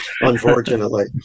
unfortunately